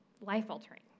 life-altering